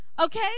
Okay